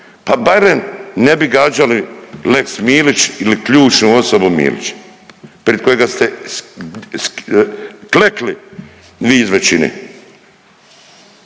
pa barem ne bi gađali lex Milić ili ključnu osobu Milića pred kojega ste klekli vi iz većine,